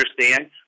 understand